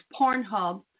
Pornhub